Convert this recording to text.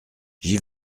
j’y